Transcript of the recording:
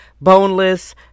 boneless